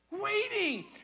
Waiting